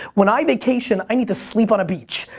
when i vacation, i need to sleep on a beach.